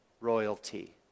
royalty